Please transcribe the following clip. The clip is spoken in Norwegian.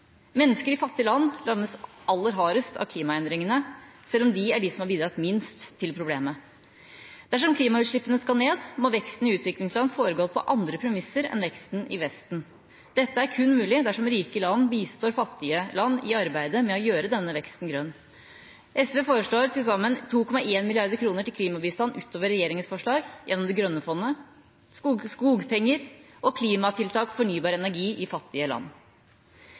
Mennesker i fattige land rammes aller hardest av klimaendringene, selv om de har bidratt minst til problemet. Dersom klimautslippene skal ned, må veksten i utviklingsland foregå på andre premisser enn veksten i Vesten. Dette er kun mulig dersom rike land bistår fattige land i arbeidet med å gjøre denne veksten grønn. SV foreslår til sammen 2,1 mrd. kr til klimabistand utover regjeringas forslag gjennom det grønne fondet, skogpenger og klimatiltak og fornybar energi i fattige land.